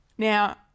Now